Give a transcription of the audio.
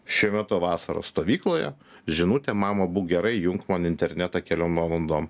šiuo metu vasaros stovykloje žinutė mama būk gera įjunk man internetą keliom valandom